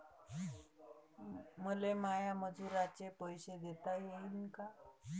मले माया मजुराचे पैसे देता येईन का?